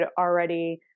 already